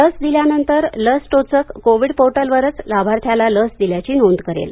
लस दिल्यानंतर लस टोचक कोविन पोर्टलवरच लाभार्थ्याला लस दिल्याची नोंद करेल